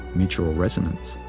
mutual resonance.